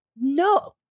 no